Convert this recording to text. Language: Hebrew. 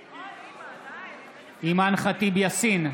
בעד אימאן ח'טיב יאסין,